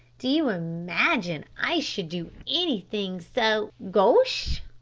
do you imagine i should do anything so gauche?